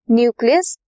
nucleus